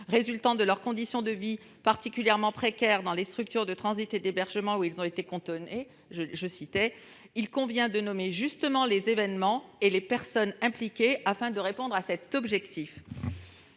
résultant de leurs conditions de vie, particulièrement précaires, dans les structures de transit et d'hébergement où ils ont été cantonnés », il convient de nommer justement les événements et les personnes impliquées. Je rappelle que les